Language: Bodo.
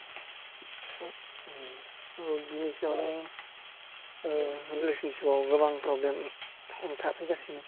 स' बिनि सायावनो रिलेसोनसिपआव गोबां प्रब्लेम हेंथा फैगासिनो